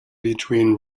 between